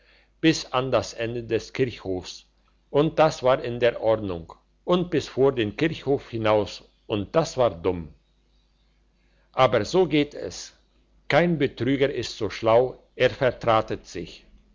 bis an das ende des kirchhofs und das war in der ordnung und bis vor den kirchhof hinaus und das war dumm aber so geht es kein betrüger ist so schlau er vertratet sich